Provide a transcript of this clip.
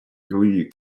由于